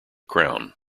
crown